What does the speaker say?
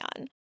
on